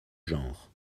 genres